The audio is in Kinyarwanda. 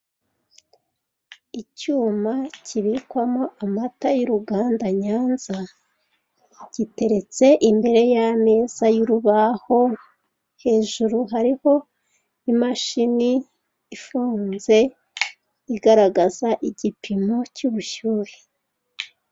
Icyuma kibikwamo amata y'uruganda Nyanza, giteretse imbere y'ameza y'urubaho, hejuru hariho imashini ifunze, igaragaza igipimo cy'ubushyuhe.